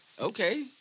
Okay